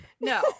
No